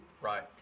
Right